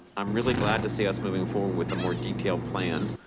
i'm really glad to see us moving forward with a more detailed plan.